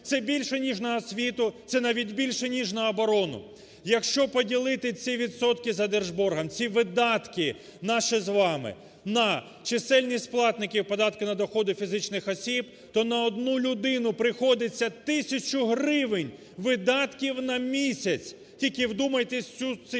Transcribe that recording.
це більше ніж на освіту, це навіть більше ніж на оборону. Якщо поділити ці відсотки за держборгом, ці видатки наші з вами на чисельність платників податків на доходи фізичних осіб, то на одну людину приходиться тисячу гривень видатків на місяць. Тільки вдумайтесь в цю цифру.